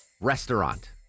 Restaurant